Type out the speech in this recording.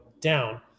down